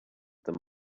them